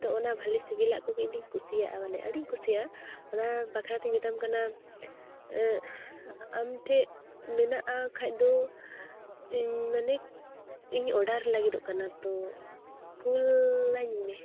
ᱛᱚ ᱚᱱᱟ ᱵᱷᱟᱞᱮ ᱥᱤᱵᱤᱞᱟᱜ ᱠᱚᱜᱮ ᱤᱧᱫᱚᱧ ᱠᱩᱥᱤᱭᱟᱜᱼᱟ ᱢᱟᱱᱮ ᱟᱹᱰᱤᱧ ᱠᱩᱥᱤᱭᱟᱜᱼᱟ ᱚᱱᱟ ᱵᱟᱠᱷᱨᱟᱛᱮᱧ ᱢᱮᱛᱟᱢ ᱠᱟᱱᱟ ᱟᱢ ᱴᱷᱮᱡ ᱢᱮᱱᱟᱜᱼᱟ ᱠᱷᱟᱡᱫᱚ ᱤᱧ ᱢᱟᱱᱮ ᱤᱧ ᱚᱰᱟᱨ ᱞᱟ ᱜᱤᱫᱚᱜ ᱠᱟᱱᱟ ᱛᱚ ᱠᱳᱻᱞᱟᱹᱧ ᱢᱮ